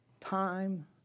time